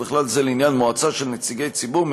ובכלל זה לעניין מועצה של נציגי ציבור,